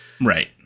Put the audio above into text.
Right